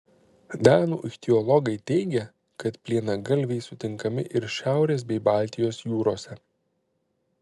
danų ichtiologai teigia kad plienagalviai sutinkami ir šiaurės bei baltijos jūrose